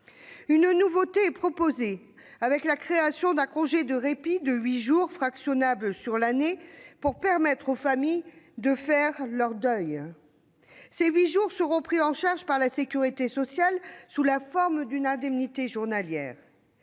Une nouveauté est proposée avec la création d'un congé de répit de huit jours, fractionnable sur l'année pour permettre aux familles de faire leur deuil. Ces huit jours seront pris en charge par la sécurité sociale sous la forme d'une indemnité journalière.